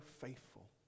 faithful